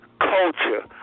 culture